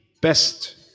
best